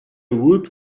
woot